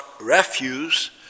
refuse